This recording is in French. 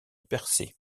percé